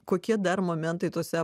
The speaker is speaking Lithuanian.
kokie dar momentai tuose